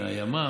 מהימ"מ?